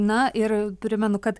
na ir primenu kad